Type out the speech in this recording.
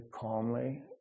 calmly